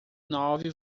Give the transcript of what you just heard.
nove